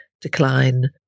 decline